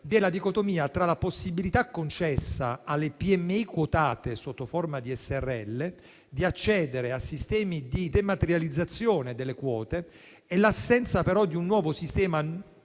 la dicotomia tra la possibilità concessa alle PMI quotate sotto forma di Srl di accedere a sistemi di dematerializzazione delle quote e l'assenza però di un nuovo sistema